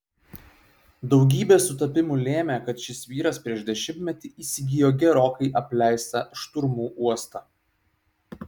daugybė sutapimų lėmė kad šis vyras prieš dešimtmetį įsigijo gerokai apleistą šturmų uostą